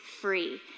free